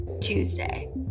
Tuesday